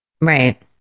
right